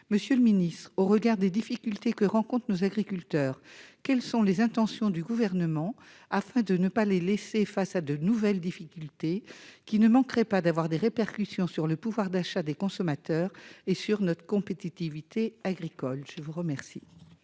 monsieur le Ministre, au regard des difficultés que rencontrent nos agriculteurs, quelles sont les intentions du gouvernement afin de ne pas les laisser face à de nouvelles difficultés qui ne manquerait pas d'avoir des répercussions sur le pouvoir d'achat des consommateurs et sur notre compétitivité agricole, je vous remercie.